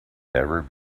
never